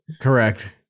Correct